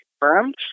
confirmed